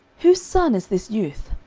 whose son is this youth?